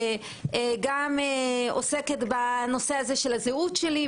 שגם עוסקת בנושא הזהות שלי,